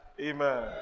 Amen